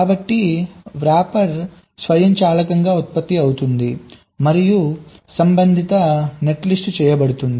కాబట్టి వ్రాపర్ స్వయంచాలకంగా ఉత్పత్తి అవుతుంది మరియు సంబంధిత నెట్లిస్ట్ చేయబడుతుంది